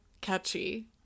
catchy